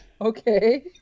Okay